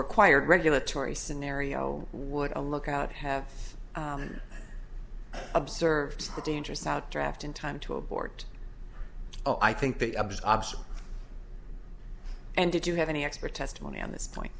required regulatory scenario would a lookout have observed a dangerous out draft in time to abort oh i think the opposite and did you have any expert testimony on this point